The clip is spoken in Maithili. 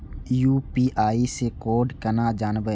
यू.पी.आई से कोड केना जानवै?